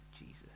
Jesus